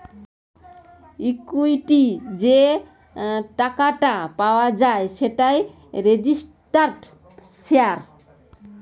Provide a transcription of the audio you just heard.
equity যে টাকাটা পাওয়া যায় সেটাই রেজিস্টার্ড শেয়ার